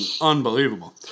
unbelievable